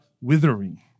withering